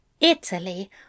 Italy